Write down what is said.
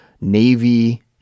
navy